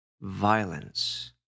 violence